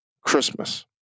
Christmas